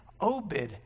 Obed